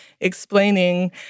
explaining